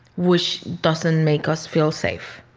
which doesn't make us feel safe.